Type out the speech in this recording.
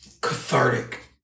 cathartic